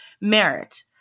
merit